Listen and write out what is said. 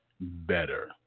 better